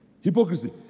Hypocrisy